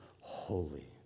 holy